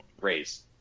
raise